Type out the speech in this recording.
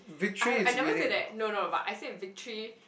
I I never say that no no but I say victory